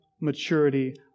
maturity